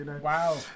Wow